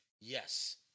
Yes